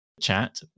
chat